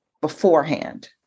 beforehand